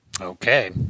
Okay